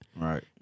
Right